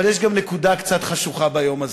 אבל יש גם נקודה קצת חשוכה ביום הזה.